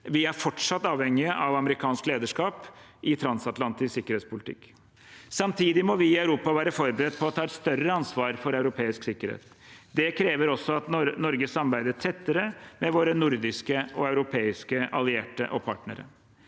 Vi er fortsatt avhengige av amerikansk lederskap i transatlantisk sikkerhetspolitikk. Samtidig må vi i Europa være forberedt på å ta større ansvar for europeisk sikkerhet. Det krever også at Norge samarbeider tettere med våre nordiske og europeiske allierte og partnere.